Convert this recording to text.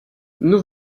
nous